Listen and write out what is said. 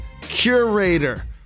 curator